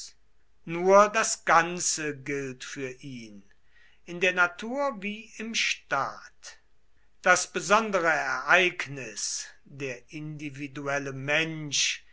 nur das ganze gilt für ihn in der natur wie im staat das besondere ereignis der individuelle mensch